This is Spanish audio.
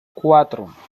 cuatro